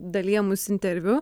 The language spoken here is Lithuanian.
dalijamus interviu